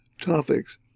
topics